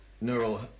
neural